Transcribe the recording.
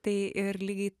tai ir lygiai